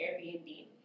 Airbnb